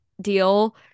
deal